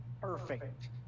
perfect